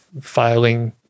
filing